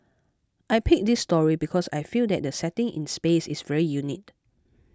I picked this story because I feel that the setting in space is very unique